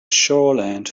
shoreland